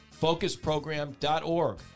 Focusprogram.org